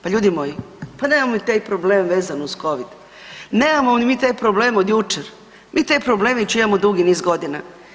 Pa ljudi moji, pa nemamo mi taj problem vezano uz covid, nemamo ni mi taj problem od jučer, mi taj problem već imamo dugi niz godina.